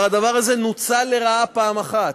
הדבר הזה כבר נוצל לרעה פעם אחת.